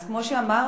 אז כמו שאמרת,